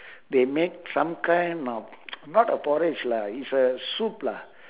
they make some kind of not a porridge lah it's a soup lah